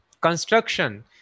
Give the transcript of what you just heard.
construction